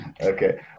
Okay